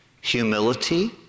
humility